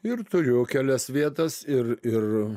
ir turiu kelias vietas ir ir